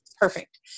perfect